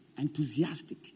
enthusiastic